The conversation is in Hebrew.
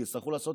כי יצטרכו לעשות